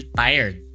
tired